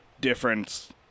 difference